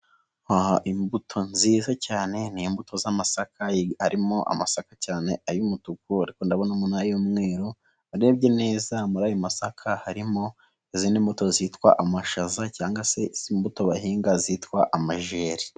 Imbuto nziza cyane ni imbuto z'amasaka arimo amasaka cyane ay'umutuku ariko ndabona n'ay'umweru, urebye neza muri ayo masaka harimo izindi mbuto zitwa amashaza cyangwa se imbuto bahinga zitwa amajeri.